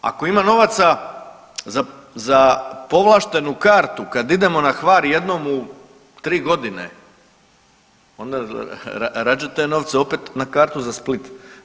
Ako ima novaca za povlaštenu kartu kad idemo na Hvar jednom u 3.g. onda rađe te novce opet na kartu za Split.